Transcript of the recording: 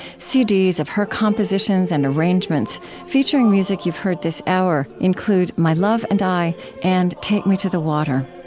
cds of her compositions and arrangements featuring music you've heard this hour include my love and i and take me to the water.